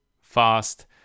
fast